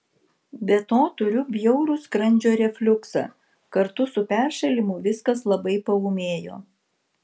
be to turiu bjaurų skrandžio refliuksą kartu su peršalimu viskas labai paūmėjo